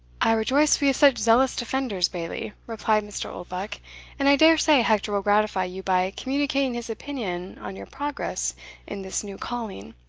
i rejoice we have such zealous defenders, bailie, replied mr. oldbuck and i dare say hector will gratify you by communicating his opinion on your progress in this new calling.